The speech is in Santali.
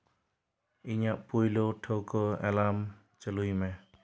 ᱤᱧᱟᱹᱜ ᱯᱳᱭᱞᱳ ᱴᱷᱟᱹᱣᱠᱟᱹ ᱮᱞᱟᱨᱢ ᱪᱟᱹᱞᱩᱭ ᱢᱮ